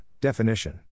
definition